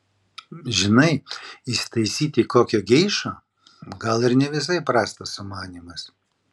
žinai įsitaisyti kokią geišą gal ir ne visai prastas sumanymas